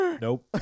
Nope